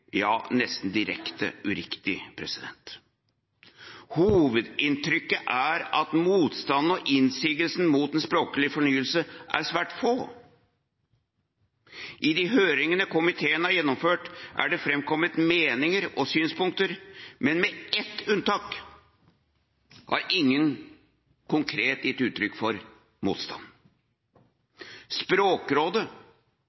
ja nesten direkte uriktig. Hovedinntrykket er at motstanderne og innsigelsene mot en språklig fornyelse, er svært få. I de høringene komiteen har gjennomført, er det framkommet meninger og synspunkter, men med ett unntak har ingen konkret gitt uttrykk for